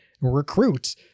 recruit